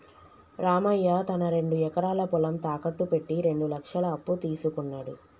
రామయ్య తన రెండు ఎకరాల పొలం తాకట్టు పెట్టి రెండు లక్షల అప్పు తీసుకున్నడు